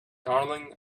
darling